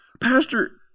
Pastor